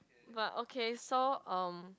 but okay so um